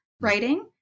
writing